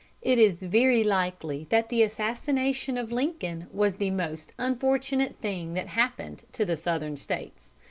it is very likely that the assassination of lincoln was the most unfortunate thing that happened to the southern states.